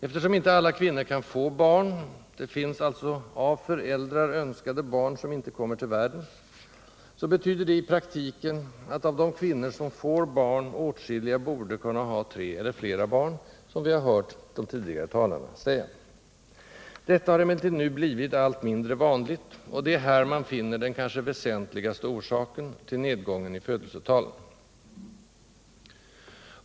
Eftersom inte alla kvinnor kan få barn — det finns alltså av föräldrar önskade barn som inte kommer till världen —, betyder detta i praktiken att av de kvinnor som får barn åtskilliga borde kunna ha tre eller flera barn, som vi också har hört de tidigare talarna säga. Detta har emellertid nu blivit allt mindre vanligt, och det är här man finner den kanske väsentligaste orsaken till nedgången i födelsetalen.